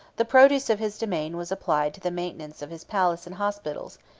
the produce of his domain was applied to the maintenance of his palace and hospitals,